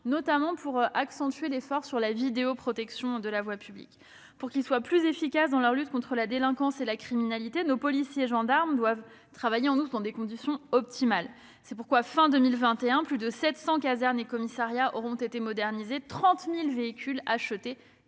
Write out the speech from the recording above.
notamment pour accroître notre effort en faveur de la vidéoprotection des voies publiques. Pour qu'ils soient plus efficaces dans leur lutte contre la délinquance et la criminalité, nos policiers et gendarmes doivent en outre travailler dans des conditions optimales. C'est pourquoi, à la fin de l'année 2021, plus de 700 casernes et commissariats auront été modernisés et 30 000 véhicules achetés